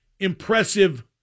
impressive